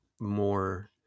more